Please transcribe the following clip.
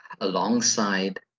alongside